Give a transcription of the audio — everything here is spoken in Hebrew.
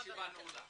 הישיבה נעולה.